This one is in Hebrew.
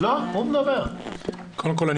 קודם כול,